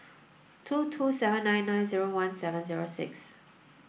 two two seven nine nine zero one seven zero six